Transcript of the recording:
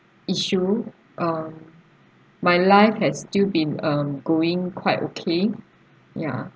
issue um my life had still been um going quite okay ya